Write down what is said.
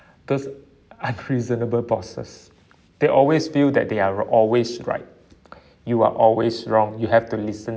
those unreasonable bosses they always feel that they are r~ always right you are always wrong you have to listen